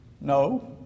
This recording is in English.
No